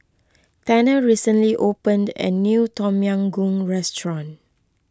Tanner recently opened a new Tom Yam Goong restaurant